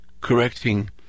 correcting